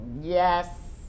Yes